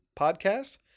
podcast